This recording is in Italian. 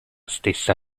stessa